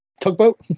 tugboat